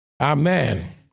Amen